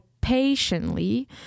patiently